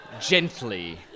gently